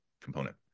component